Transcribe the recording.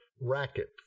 racket